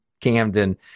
Camden